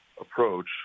approach